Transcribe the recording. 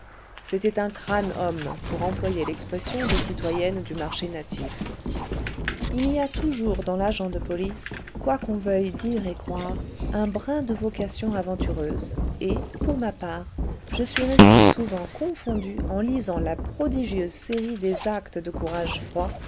c'était un crâne homme pour employer l'expression des citoyennes du marché natif il y a toujours dans l'agent de police quoi qu'on veuille dire et croire un brin de vocation aventureuse et pour ma part je suis resté souvent confondu en lisant la prodigieuse série des actes de courage froid